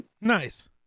Nice